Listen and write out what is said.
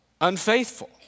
unfaithful